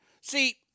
See